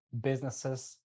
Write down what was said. businesses